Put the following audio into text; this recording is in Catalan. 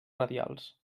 radials